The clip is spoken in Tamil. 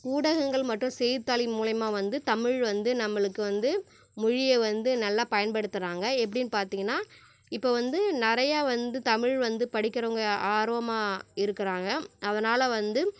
ஊடகங்கள் மற்றும் செய்தித்தாளின் மூலயமா வந்து தமிழ் வந்து நம்மளுக்கு வந்து மொழியை வந்து நல்லா பயன்படுத்துகிறாங்க எப்படின்னு பார்த்தீங்கன்னா இப்போ வந்து நிறையா வந்து தமிழ் வந்து படிக்கிறவங்க ஆர்வமாக இருக்கிறாங்க அதனால் வந்து